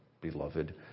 beloved